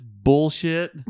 bullshit